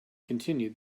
continued